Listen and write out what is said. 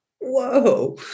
Whoa